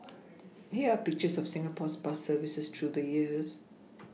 here are pictures of Singapore's bus services through the years